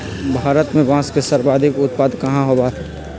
भारत में बांस के सर्वाधिक उत्पादन कहाँ होबा हई?